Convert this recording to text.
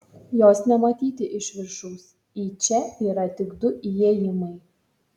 jos nematyti iš viršaus į čia yra tik du įėjimai